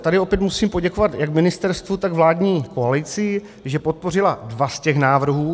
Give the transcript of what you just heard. Tady opět musím poděkovat jak ministerstvu, tak vládní koalici, že podpořila dva z těch návrhů.